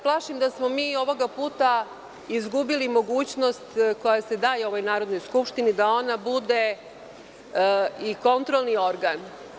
Plašim se da smo mi ovog puta izbili mogućnost koja se daje ovoj Narodnoj skupštini da ona bude i kontrolni organ.